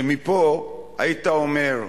שמפה היית אומר: